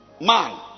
man